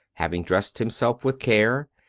having dressed himself with care,